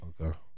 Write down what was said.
Okay